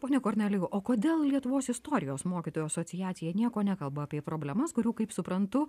pone kornelijau o kodėl lietuvos istorijos mokytojų asociacija nieko nekalba apie problemas kurių kaip suprantu